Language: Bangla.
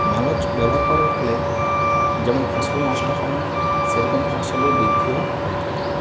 মালচ ব্যবহার করার ফলে যেমন ফসল নষ্ট হয় না সেরকম ফসলের বৃদ্ধিও হয়ে থাকে